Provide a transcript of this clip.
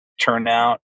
Turnout